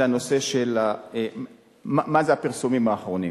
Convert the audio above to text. זה הנושא, מה זה הפרסומים האחרונים.